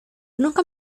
nunca